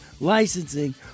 licensing